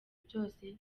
byose